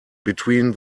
between